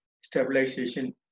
stabilization